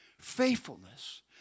Faithfulness